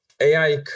AI